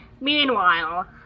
Meanwhile